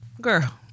Girl